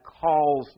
calls